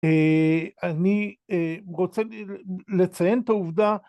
‫אני רוצה לציין את העובדה...